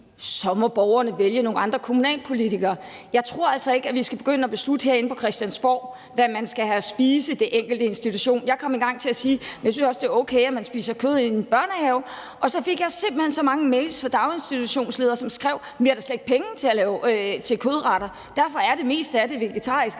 så må borgerne vælge nogle andre kommunalpolitikere. Jeg tror altså ikke, at vi herinde på Christiansborg skal begynde at beslutte, hvad man skal have at spise i den enkelte institution. Jeg kom en gang til at sige, at jeg også synes, det er okay, at man spiser kød i en børnehave, og så fik jeg simpelt hen så mange mails fra daginstitutionsledere, som skrev: Vi har da slet ikke penge til kødretter. Derfor er det meste af det vegetarisk,